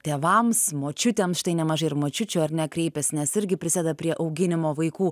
tėvams močiutėm štai nemažai ir močiučių ar ne kreipias nes irgi prisideda prie auginimo vaikų